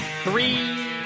Three